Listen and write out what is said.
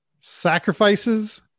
sacrifices